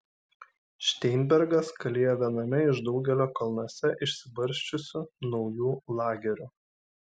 šteinbergas kalėjo viename iš daugelio kalnuose išsibarsčiusių naujų lagerių